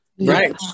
Right